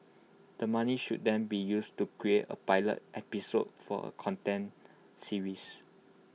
the money should then be used to create A pilot episode for A content series